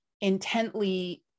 intently